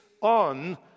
on